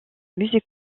music